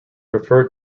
referred